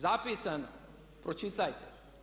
Zapisan pročitajte.